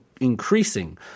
increasing